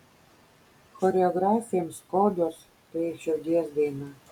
choreografėms godos tai širdies daina